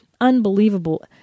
Unbelievable